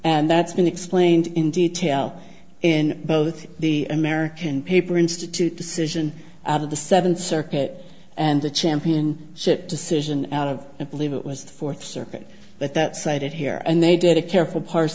and that's been explained in detail in both the american paper institute decision out of the seventh circuit and the champion ship decision out of it believe it was the fourth circuit but that cited here and they did a careful par